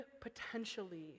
potentially